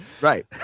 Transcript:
Right